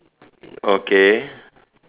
okay